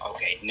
Okay